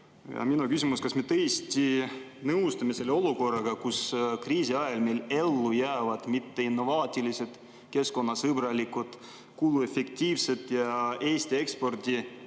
Minu küsimus: kas me tõesti nõustume selle olukorraga, kus kriisi ajal jäävad ellu mitte innovaatilised, keskkonnasõbralikud, kuluefektiivsed ja Eesti ekspordi